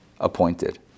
appointed